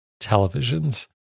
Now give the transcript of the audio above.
televisions